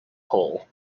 hole